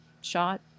shot